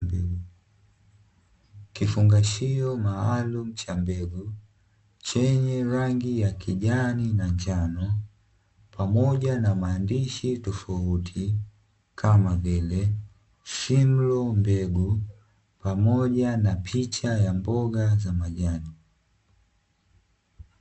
Kifungashio maalumu cha mbegu chenye rangi ya kijani na njano, pamoja na maandishi tofauti kama vile "SIMLAW mbegu" pamoja na picha ya mboga za majani.